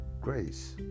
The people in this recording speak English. grace